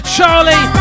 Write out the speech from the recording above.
Charlie